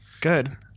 Good